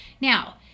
now